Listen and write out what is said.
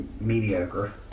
mediocre